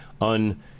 un